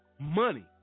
money